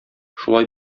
шулай